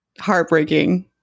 heartbreaking